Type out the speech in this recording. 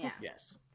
Yes